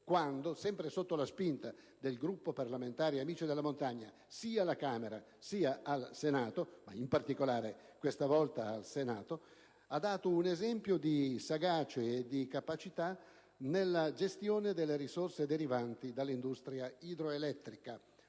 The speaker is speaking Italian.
quando, sempre sotto la spinta del gruppo di parlamentari «Amici della montagna», sia alla Camera sia al Senato e questa volta in particolare al Senato, hanno dato un esempio di sagacia e capacità nella gestione delle risorse derivanti dall'industria idroelettrica.